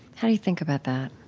how do you think about that?